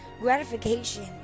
gratification